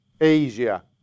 asia